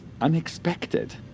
...unexpected